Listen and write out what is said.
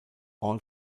all